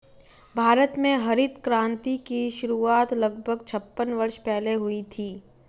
भारत में हरित क्रांति की शुरुआत लगभग छप्पन वर्ष पहले हुई थी